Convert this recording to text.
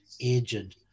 aged